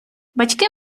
батьки